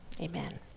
Amen